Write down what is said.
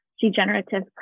degenerative